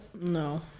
No